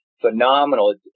Phenomenal